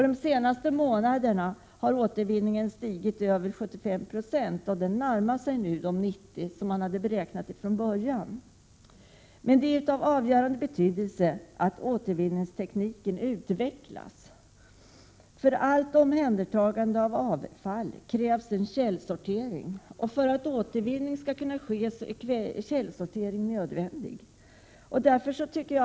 De senaste månaderna har mer än 75 96 av förpackningarna återvunnits, och man närmar sig de från början beräknade 90 procenten. Det är av avgörande betydelse att återvinningstekniken utvecklas. För allt omhändertagande av avfall krävs det en källsortering. För att återvinning skall kunna ske är det alltså nödvändigt med källsortering.